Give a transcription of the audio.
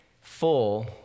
Full